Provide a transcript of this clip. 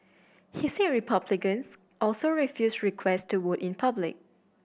he said Republicans also refused requests to vote in public